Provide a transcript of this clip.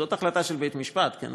זו החלטה של בית-המשפט, כן?